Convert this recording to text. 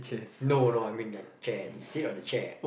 no no I mean like chair to sit on the chair